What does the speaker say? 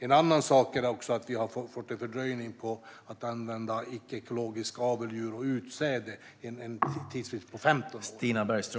En annan sak är att vi har fått en fördröjning på att använda icke-ekologiska avelsdjur och icke-ekologiskt utsäde med en tidsfrist på 15 år.